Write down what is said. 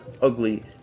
Ugly